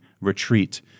retreat